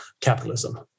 capitalism